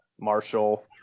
Marshall